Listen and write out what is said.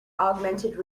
augmented